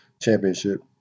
championship